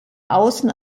außen